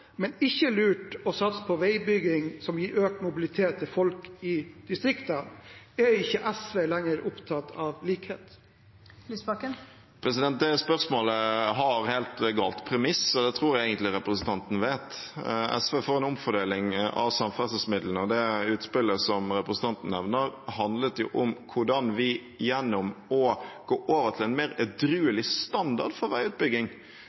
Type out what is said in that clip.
men ikke lurt å satse på veibygging som gir økt mobilitet til folk i distriktene? Er ikke SV lenger opptatt av likhet? Det spørsmålet har helt galt premiss, og det tror jeg egentlig representanten vet. SV er for en omfordeling av samferdselsmidlene, og det utspillet som representanten nevner, handlet om hvordan vi ved å gå over til en mer edruelig standard for veiutbygging